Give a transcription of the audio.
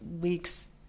weeks